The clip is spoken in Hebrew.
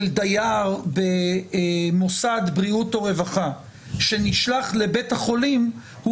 דייר במוסד בריאות או רווחה שנשלח לבית החולים הוא